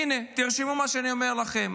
הינה, תרשמו מה שאני אומר לכם.